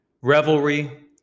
revelry